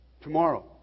tomorrow